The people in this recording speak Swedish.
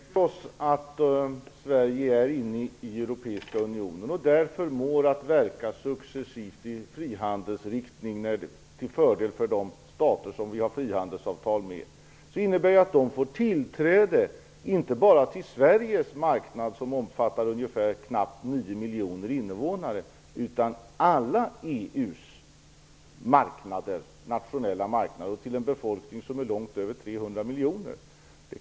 Herr talman! Om vi tänker oss att Sverige är inne i Europeiska unionen, och där förmår att verka successivt i riktning mot frihandel till fördel för de stater som vi har frihandelsavtal med, innebär ju det att de får tillträde inte bara till Sveriges marknad, som omfattar knappt 9 miljoner invånare, utan till alla EU:s nationella marknader och till en befolkning som är långt över 300 miljoner.